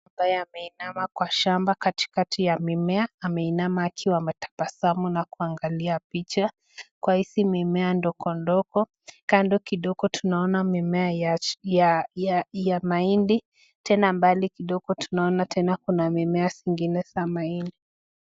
Ambaye ameinama kwa shamba katikati ya mimea ameinama akiwa ametabasamu na kuangalia picha, kwa hizi mimea ndogo ndogo kando kidogo tunaona mimea ya mahindi tena mbali kidogo tunaona tena kuna mimea zingine za mahindi.